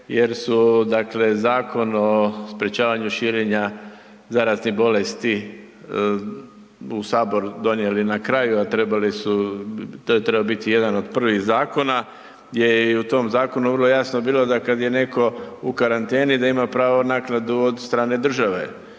dakle, Zakon o sprječavanju širenja zaraznih bolesti u Sabor donijeli na kraju, a trebali su, to je trebao biti jedan od prvih zakona, gdje je i u tom zakonu vrlo jasno bilo da kad je netko u karanteni da ima pravo naknadu od strane države.